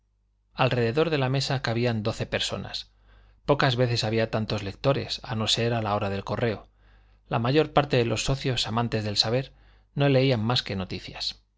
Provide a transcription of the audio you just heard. alrededor de la mesa cabían doce personas pocas veces había tantos lectores a no ser a la hora del correo la mayor parte de los socios amantes del saber no leían más que noticias